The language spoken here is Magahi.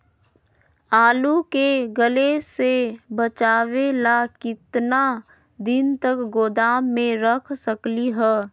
आलू के गले से बचाबे ला कितना दिन तक गोदाम में रख सकली ह?